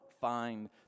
find